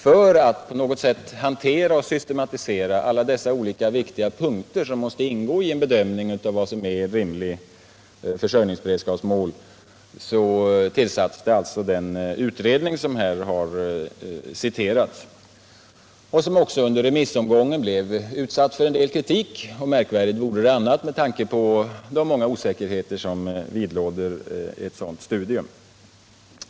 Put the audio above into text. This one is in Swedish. För att på något sätt hantera och systematisera alla dessa olika viktiga punkter, vilka måste ingå i en bedömning av vad som är ett rimligt försörjningsberedskapsmål, tillsattes alltså den utredning som här har citerats och som också under remissomgången blev utsatt för en del kritik — märkvärdigt vore det annars med tanke på de många osäkerhetsfaktorer som vidlåder ett sådant studium.